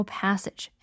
passage